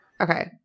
okay